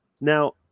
Now